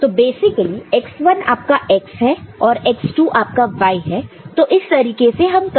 तो basically x1 आपका x है और x2 आपका y तो इस तरीके से हम कर रहे हैं